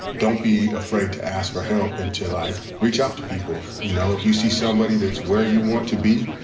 don't be afraid to ask for help until i reach out to people you know, if you see somebody that's where you want to be,